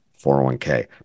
401k